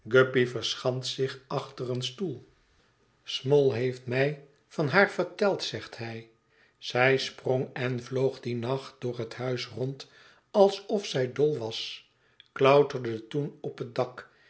verschanst zich achter een stoel small heeft mij van haar verteld zegt hij zij sprong en vloog dien nacht door het huis rond alsof zij dol was klauterde toen op het dak